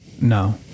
No